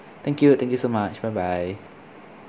thank you thank you so much bye bye